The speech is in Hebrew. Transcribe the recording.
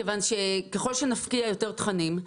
מכיוון שככל שנפקיע יותר תכנים,